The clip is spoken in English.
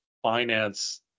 finance